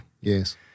Yes